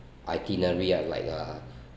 itinerary ah like uh